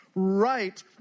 right